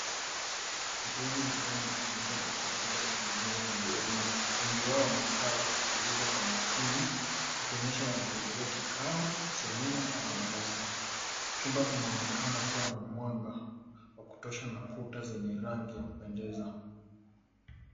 Watu wengi vijana wamekusanyika katika chumba chenye meza za mviringo wengi wao wamekaa wakisikiliza kwa makini wakionyesha wanahudhuria kikao, semina au darasa. Chumba kinaonekana kuwa na mwanga wa kutosha na kuta zenye rangi ya kupendeza.